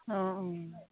অঁ অঁ